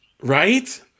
Right